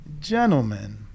gentlemen